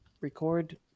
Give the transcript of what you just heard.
record